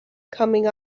coming